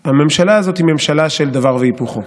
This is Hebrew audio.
של דבר והיפוכו,